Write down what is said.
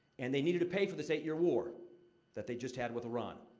and they needed to pay for this eight-year war that they just had with iran.